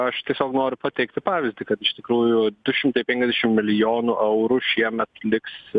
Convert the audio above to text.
aš tiesiog noriu pateikti pavyzdį kad iš tikrųjų du šimtai penkiasdešimt milijonų eurų šiemet liks